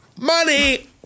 money